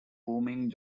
booming